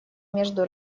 между